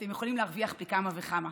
אתם יכולים להרוויח פי כמה וכמה.